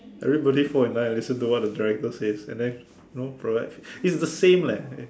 everybody fall in line and listen to what the director says and then you know production it's the same leh